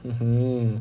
(uh huh)